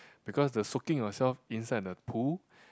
because the soaking yourself inside the pool